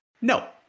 no